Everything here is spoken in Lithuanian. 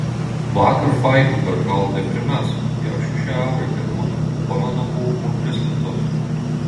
vakar faikių pirkau tai primesk jau šeši eurai kainuoja o pamenu buvo po tris litus